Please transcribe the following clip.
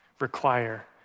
require